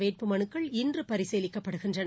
வேட்புமவுக்கள் இன்று பரிசீலிக்கப்படுகின்றன